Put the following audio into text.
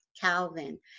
Calvin